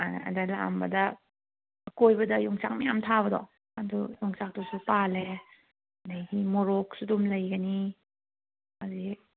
ꯑꯗ ꯂꯥꯛꯑꯝꯕꯗ ꯑꯀꯣꯏꯕꯗ ꯌꯣꯡꯆꯥꯛ ꯃꯌꯥꯝ ꯊꯥꯕꯗꯣ ꯑꯗꯨ ꯌꯣꯡꯆꯥꯛꯇꯨꯁꯨ ꯄꯥꯜꯂꯦ ꯑꯗꯒꯤ ꯃꯣꯔꯣꯛꯁꯨ ꯑꯗꯨꯝꯂꯩꯒꯅꯤ ꯑꯗꯒꯤ